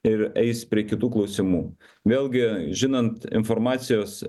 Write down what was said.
ir eis prie kitų klausimų vėlgi žinant informacijos